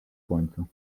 słońcu